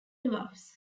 dwarfs